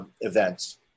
events